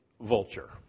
Vulture